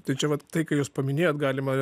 tai čia vat tai ką jūs paminėjot galima